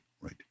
right